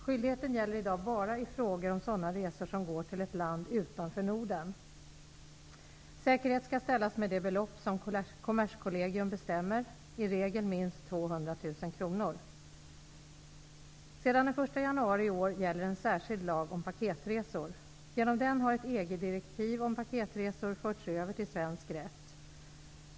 Skyldigheten gäller i dag bara i fråga om sådana resor som går till ett land utanför Norden. Säkerhet skall ställas med det belopp som Kommerskollegium bestämmer, i regel minst EG-direktiv om paketresor förts över till svensk rätt.